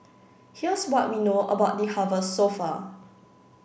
here's what we know about the harvest so far